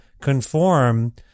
conform